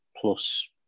plus